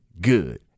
good